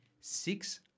six